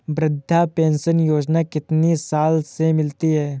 वृद्धा पेंशन योजना कितनी साल से मिलती है?